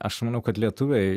aš manau kad lietuviai